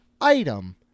item